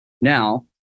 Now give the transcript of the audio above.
Now